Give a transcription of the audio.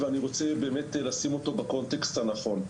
ואני רוצה לשים אותו בקונטקסט הנכון.